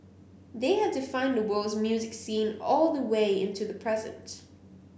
they have defined the world's music scene all the way into the present